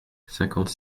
cinquante